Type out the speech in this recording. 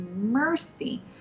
mercy